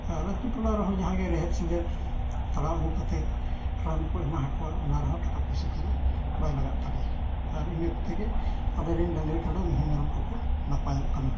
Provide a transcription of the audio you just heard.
ᱟᱨ ᱟᱛᱳ ᱴᱚᱞᱟ ᱨᱮᱦᱚᱸ ᱡᱟᱦᱟᱸ ᱜᱮ ᱨᱮᱦᱮᱫ ᱥᱮᱸᱫᱮᱛ ᱛᱟᱲᱟᱣ ᱟᱹᱜᱩ ᱠᱟᱛᱮᱫ ᱨᱟᱱ ᱠᱚ ᱮᱢᱟᱣ ᱠᱚᱣᱟ ᱚᱱᱟ ᱨᱮᱦᱚᱸ ᱴᱟᱠᱟ ᱯᱩᱭᱥᱟᱹ ᱠᱚᱫᱚ ᱵᱟᱭ ᱞᱟᱜᱟᱜ ᱛᱟᱞᱮᱭᱟ ᱟᱨ ᱤᱱᱟᱹ ᱠᱚᱛᱮ ᱜᱮ ᱟᱞᱮ ᱨᱮᱱ ᱰᱟᱝᱨᱤ ᱠᱟᱰᱟ ᱢᱤᱭᱦᱩ ᱢᱮᱨᱚᱢ ᱠᱚᱠᱚ ᱱᱟᱯᱟᱭᱚᱜ ᱠᱟᱱᱟ